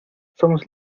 somos